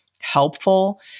helpful